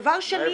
מה ההבדל?